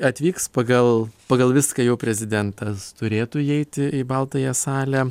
atvyks pagal pagal viską jau prezidentas turėtų įeiti į baltąją salę